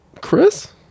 Chris